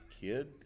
kid